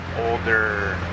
older